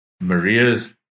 Maria's